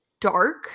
dark